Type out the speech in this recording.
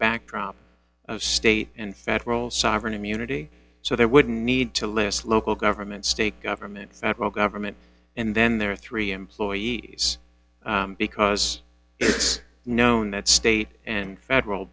backdrop of state and federal sovereign immunity so there would need to less local government state government federal government and then there are three employees because it's known that state and federal